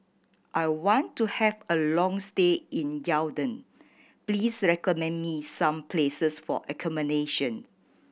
I want to have a long stay in Yaounde please recommend me some places for accommodation